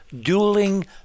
dueling